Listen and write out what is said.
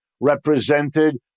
represented